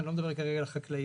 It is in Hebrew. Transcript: אני לא מדבר כרגע על חקלאים.